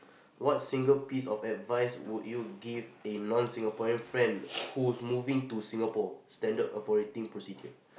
what single piece of advice would you give a non-Singaporean friend who's moving to Singapore Standard operating procedure